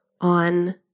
on